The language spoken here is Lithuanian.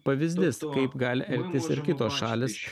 pavyzdys kaip gali elgtis ir kitos šalys